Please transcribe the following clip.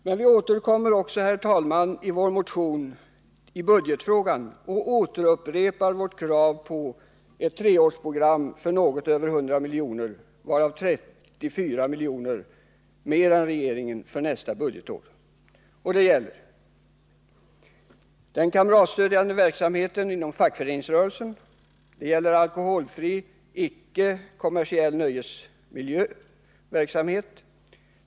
I vår motion återkommer vi också i budgetfrågan och återupprepar vårt krav på ett treårsprogram för något över 100 milj.kr. — 34 milj.kr. mer än regeringen — för nästa budgetår. Det gäller den kamratstödjande verksamheten inom fackföreningsrörelsen och alkoholfri icke-kommersiell nöjesverksamhet.